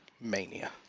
mania